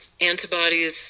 antibodies